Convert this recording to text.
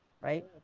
Right